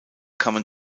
kamen